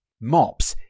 MOPs